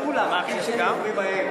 התשע"ב 2012, נתקבל.